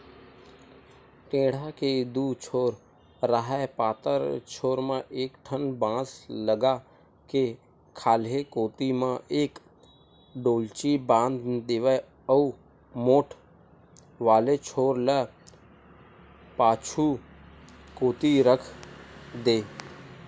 टेंड़ा के दू छोर राहय पातर छोर म एक ठन बांस लगा के खाल्हे कोती म एक डोल्ची बांध देवय अउ मोठ वाले छोर ल पाछू कोती रख देय